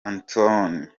antoine